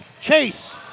Chase